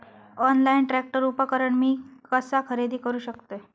Online tractor उपकरण मी कसा खरेदी करू शकतय?